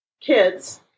kids